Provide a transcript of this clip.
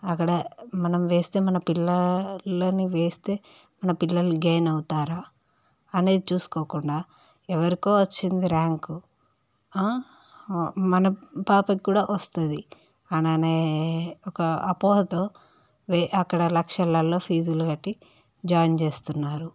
అక్కడ మనం వేస్తే మన పిల్లలని వేస్తే మన పిల్లలు గైన్ అవుతారా అనేది చూసుకోకుండా ఎవరికో వచ్చింది ర్యాంకు మన పాపకి కూడా వస్తుంది అని అనే ఒక అపోహతో అక్కడ లక్షలలో ఫీజులు కట్టి జాయిన్ చేస్తున్నారు